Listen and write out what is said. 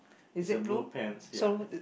is a blue pants ya ya